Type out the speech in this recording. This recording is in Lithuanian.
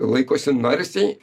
laikosi narsiai